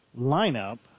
lineup